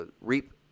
reap